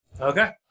Okay